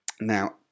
Now